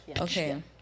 Okay